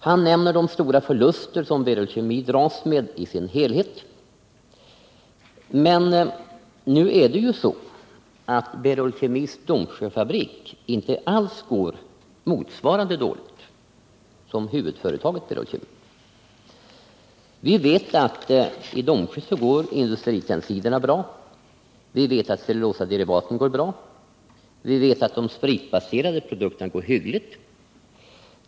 Han nämner de stora förluster som Berol Kemi dras med i sin helhet. Men nu är det ju så att Berol Kemis Domsjöfabrik inte alls går lika dåligt som huvudföretaget. Vi vet att i Domsjö går industritensiderna och cellulosaderivaten bra, och de spritbaserade produkterna går hyggligt.